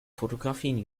fotografien